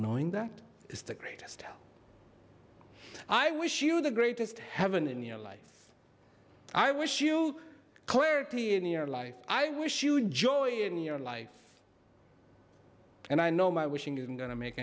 knowing that is the greatest i wish you the greatest heaven in your life i wish you clarity in your life i wish you joy in your life and i know my wishing isn't going to make